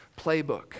playbook